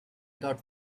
got